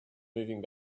moving